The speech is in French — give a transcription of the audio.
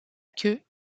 queue